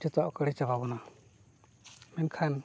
ᱡᱚᱛᱚᱣᱟᱜ ᱠᱚ ᱮᱲᱮ ᱪᱟᱵᱟ ᱵᱚᱱᱟ ᱢᱮᱱᱠᱷᱟᱱ